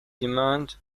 demand